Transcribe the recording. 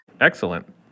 Excellent